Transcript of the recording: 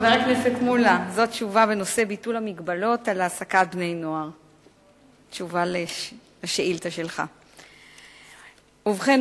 רצוני לשאול: 1. האם נכון הדבר?